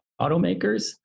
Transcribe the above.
automakers